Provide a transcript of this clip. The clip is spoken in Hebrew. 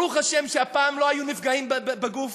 ברוך השם שהפעם לא היו נפגעים בגוף.